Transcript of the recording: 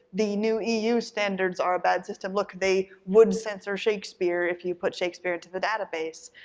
the new eu standards are a bad system, look they would censor shakespeare if you put shakespeare into the database.